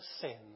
sin